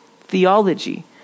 Theology